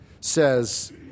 says